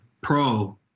Pro